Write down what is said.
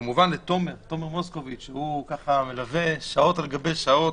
כמובן, לתומר מוסקוביץ שמלווה שעות על גבי שעות.